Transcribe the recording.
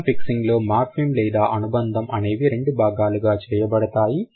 సర్కమ్ fixing లో morpheme లేదా అనుబంధం అనేవి రెండు భాగాలుగా చేయబడుతాయి